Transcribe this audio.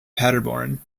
paderborn